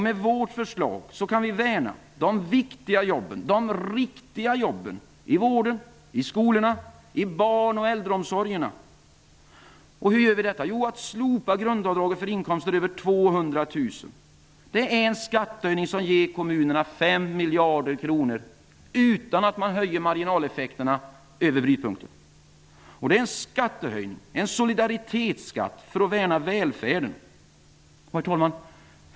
Med vårt förslag kan vi värna de viktiga jobben, de riktiga jobben, i vården, i skolorna, i barn och äldreomsorgen. Hur gör vi detta? Jo, att slopa grundavdraget för inkomster över 200 000 kr är en skattehöjning som ger kommunerna 5 miljarder kronor, utan att man höjer marginaleffekterna över brytpunkten. Det är en skattehöjning, en solidaritetsskatt, för att värna välfärden. Herr talman!